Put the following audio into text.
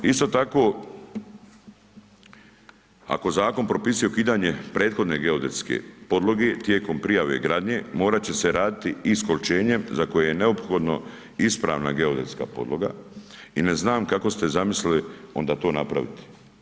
Isto tako, ako zakon propisuje ukidanje prihodne geodetske podloge, tijekom prijave i gradnje, morati će se raditi iskoličenjem, za koje je neophodno ispravna geodetska podloga i ne znam kako ste zamislili onda to napraviti?